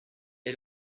est